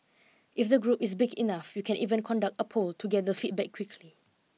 if the group is big enough you can even conduct a poll to gather feedback quickly